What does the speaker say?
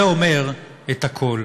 זה אומר את הכול.